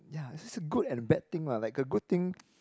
ya it's just a good and bad thing lah like a good thing